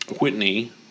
Whitney